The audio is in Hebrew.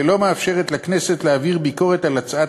ולא מאפשרת לכנסת להעביר ביקורת על הצעת